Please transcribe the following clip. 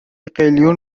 قلیون